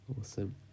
Awesome